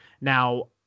Now –